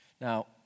Now